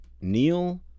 Neil